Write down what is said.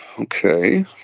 okay